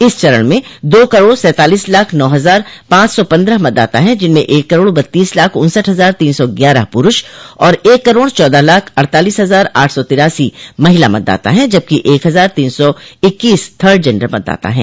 इस चरण में दो करोड़ सैंतालीस लाख नौ हजार पांच सौ पन्द्रह मतदाता है जिनमें एक करोड़ बत्तीस लाख उन्सठ हजार तीन सौ ग्यारह पुरूष और एक करोड़ चौदह लाख अड़तालीस हजार आठ सौ तिरासी महिला मतदाता है जबकि एक हजार तीन सौ इक्कीस थर्ड जेंडर मतदाता हैं